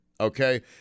okay